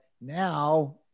Now